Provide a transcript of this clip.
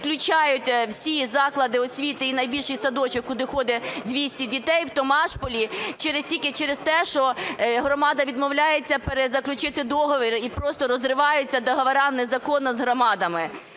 відключають всі заклади освіти і найбільший садочок, куди ходить 200 дітей в Томашполі тільки через те, що громада відмовляється перезаключити договір і просто розриваються договори незаконно з громадами.